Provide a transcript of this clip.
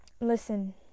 Listen